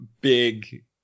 big